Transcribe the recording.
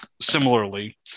similarly